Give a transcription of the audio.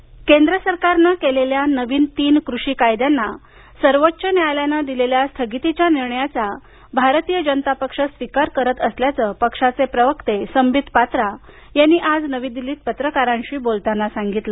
कृषी कायदे केंद्र सरकारनं केलेल्या नवीन तीन कृषी कायद्यांना सर्वोच्च न्यायालयानं दिलेल्या स्थगितीच्या निर्णयाचा भारतीय जनता पक्ष स्वीकार करत असल्याचं पक्षाचे प्रवक्ते संबीत पात्रा यांनी आज नवी दिल्लीत पत्रकारांशी बोलताना सांगितलं